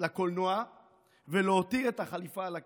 לקולנוע ולהותיר את החליפה על הכיסא.